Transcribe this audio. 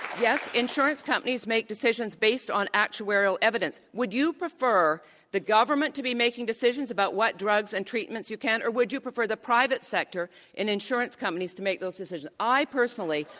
yes, insurance companies make decisions based on actuarial evidence. would you prefer the government to making decisions about what drugs and treatments you can't, or would you prefer the private sector and insurance companies to make those decisions? i, personally,